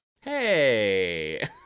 Hey